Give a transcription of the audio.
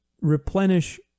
replenish